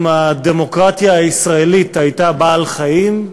אם הדמוקרטיה הישראלית הייתה בעל חיים,